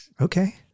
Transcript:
Okay